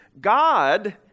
God